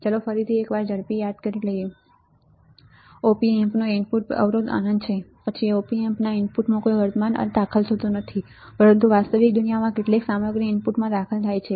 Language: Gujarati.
ચાલો આપણે ફરી એક વાર ઝડપથી જોઈએ આદર્શ રીતે આપણે જાણીએ છીએ કે op amp નું ઇનપુટ અવરોધ અનંત છે પછી op amp ના ઇનપુટમાં કોઈ વર્તમાન અંત દાખલ થતો નથી પરંતુ વાસ્તવિક દુનિયામાં કેટલીક સામગ્રી ઇનપુટ્સમાં દાખલ થાય છે